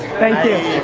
thank you.